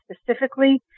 specifically